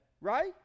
right